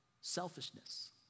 Selfishness